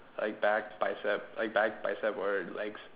like back biceps like back biceps or legs